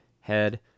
head